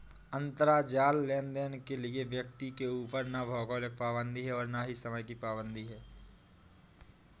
अंतराजाल लेनदेन के लिए व्यक्ति के ऊपर ना भौगोलिक पाबंदी है और ना ही समय की पाबंदी है